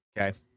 Okay